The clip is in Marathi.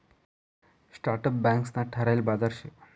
स्टार्टअप बँकंस ना ठरायल बाजार शे